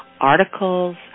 articles